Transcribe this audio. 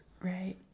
Right